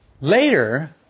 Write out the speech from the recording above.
Later